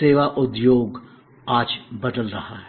सेवा उद्योग आज बदल रहा है